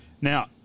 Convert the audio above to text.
Now